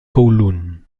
kowloon